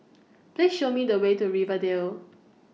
Please Show Me The Way to Rivervale